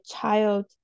child